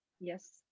yes